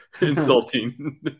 insulting